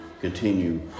Continue